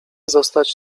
zostać